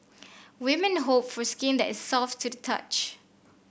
women hope for skin that is soft to the touch